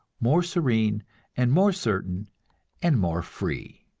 more serene and more certain and more free.